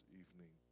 evening